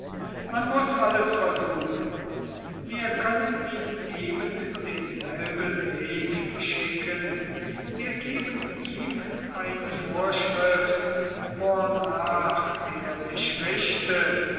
man muß alles versuchen wir können ihn ebendenselben weg schicken wir geben ihm eine vorschrift wornach er sich richtet